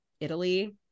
Italy